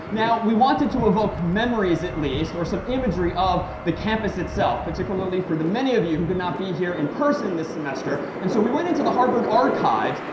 now we wanted to evoke memories, at least, or some imagery of the campus itself, particularly for the many of you who could not be here in person this semester. and so we went into the harvard archives,